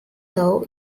law